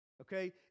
okay